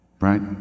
right